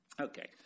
Okay